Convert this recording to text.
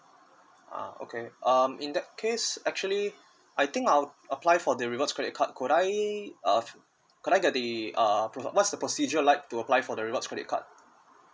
ah okay um in that case actually I think I would apply for the rewards credit card could I uh could I get the uh what's the procedure like to apply for the rewards credit card